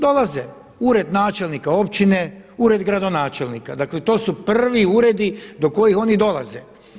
Dolaze u Ured načelnika općine, ured gradonačelnika, dakle to su prvi uredi do kojih oni dolaze.